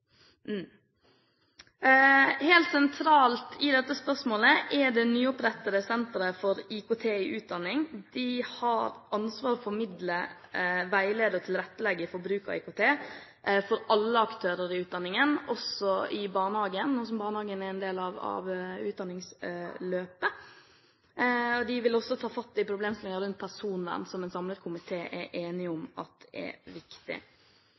Helt sentralt i dette spørsmålet er det nyopprettede Senter for IKT i utdanningen. De har ansvar for å formidle, veilede og tilrettelegge for bruk av IKT for alle aktører i utdanningen, også i barnehagen, nå som barnehagen er en del av utdanningsløpet. De vil også ta fatt i problemstillinger rundt personvern, som en samlet komité er enig om er viktig.